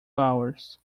hours